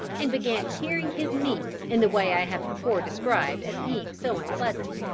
and began tearing his meat in the way i have before described as being so unpleasant.